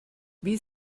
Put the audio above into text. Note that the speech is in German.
wie